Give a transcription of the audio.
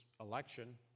election